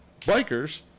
bikers